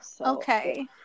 Okay